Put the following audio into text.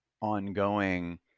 ongoing